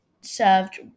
served